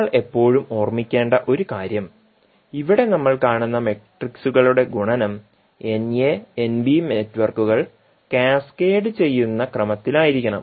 നമ്മൾ എപ്പോഴും ഓർമ്മിക്കേണ്ട ഒരു കാര്യം ഇവിടെ നമ്മൾ കാണുന്ന മെട്രിക്സുകളുടെ ഗുണനം Na Nb നെറ്റ്വർക്കുകൾ കാസ്കേഡ് ചെയ്യുന്ന ക്രമത്തിലായിരിക്കണം